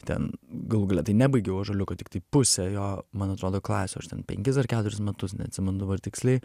ten galų gale tai nebaigiau ąžuoliuko tiktai pusę jo man atrodo klasių aš ten penkis ar keturis metus neatsimenu dabar tiksliai